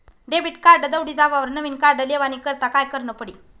Debit card दवडी जावावर नविन कार्ड लेवानी करता काय करनं पडी?